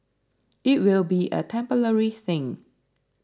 it will be a temporary thing